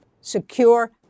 secure